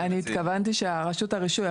אני התכוונתי שרשות הרישוי,